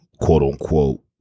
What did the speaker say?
quote-unquote